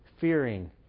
fearing